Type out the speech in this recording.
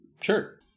Sure